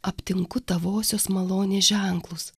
aptinku tavosios malonės ženklus